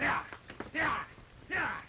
yeah yeah yeah